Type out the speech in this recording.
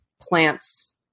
plants